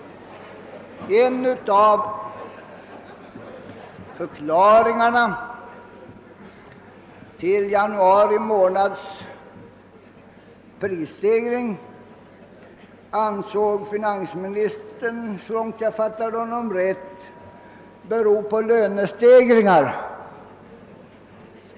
En av förklaringarna till januari månads Pprisstegring ansåg finansministern, om jag fattade honom rätt, vara lönestegringarna.